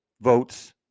votes